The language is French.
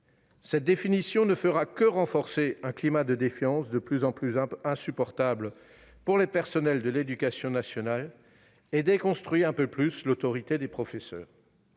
Cette définition ne fera que renforcer un climat de défiance de plus en plus insupportable pour les personnels de l'éducation nationale et déconstruire un peu plus l'autorité des professeurs.